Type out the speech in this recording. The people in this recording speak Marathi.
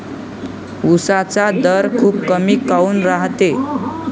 उसाचा दर खूप कमी काऊन रायते?